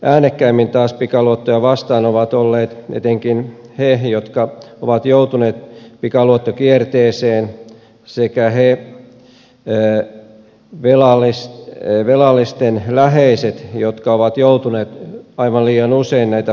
äänekkäimmin taas pikaluottoja vastaan ovat olleet etenkin ne jotka ovat joutuneet pikaluottokierteeseen sekä ne velallisten läheiset jotka ovat joutuneet aivan liian usein näitä pikaluottoja sitten maksamaan